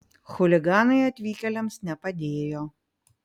chuliganai atvykėliams nepadėjo